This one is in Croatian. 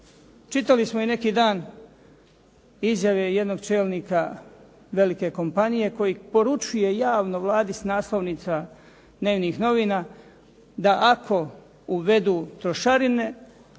čitali smo i neki dan izjave jednog čelnika velike kompanije koji poručuje javno Vladi s naslovnica dnevnih novina da ako uvedu trošarine,